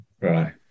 Right